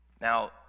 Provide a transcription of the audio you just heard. Now